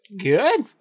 Good